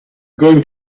going